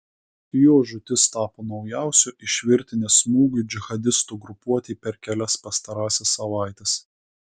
jo žūtis tapo naujausiu iš virtinės smūgių džihadistų grupuotei per kelias pastarąsias savaites